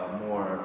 more